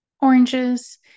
oranges